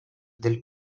del